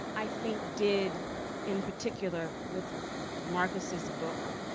i think, did in particular with marcus's book,